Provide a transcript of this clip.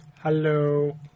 hello